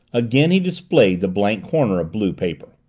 again he displayed the blank corner of blue paper.